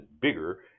bigger